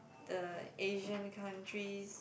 the Asian countries